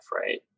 right